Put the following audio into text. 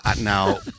Now